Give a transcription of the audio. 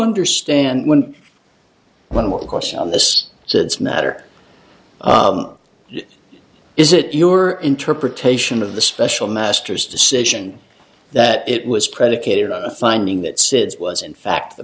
understand when one more question on this since matter is it your interpretation of the special masters decision that it was predicated on the finding that sids was in fact the